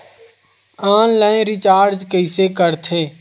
Online recharge कइसे करथे?